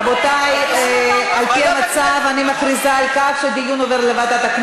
רבותי, הנושא עובר לדיון בוועדה.